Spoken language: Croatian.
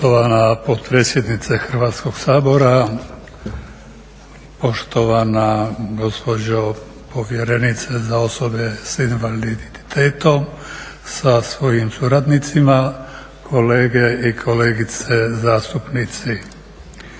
Poštovana potpredsjednice Hrvatskog sabora, poštovana gospođo povjerenice za osobe s invaliditetom sa svojim suradnicima, kolege i kolegice zastupnici.